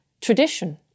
tradition